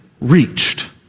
reached